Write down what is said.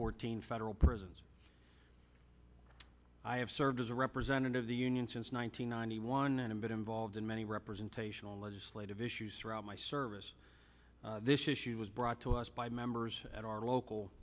fourteen federal prisons i have served as a representative of the union since one thousand nine hundred one and i've been involved in many representational legislative issues throughout my service this issue was brought to us by members at our local